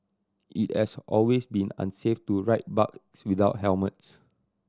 it has always been unsafe to ride bikes without helmets